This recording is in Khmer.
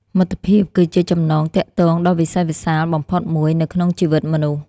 មិត្តភាពគឺជាចំណងទាក់ទងដ៏វិសេសវិសាលបំផុតមួយនៅក្នុងជីវិតមនុស្ស។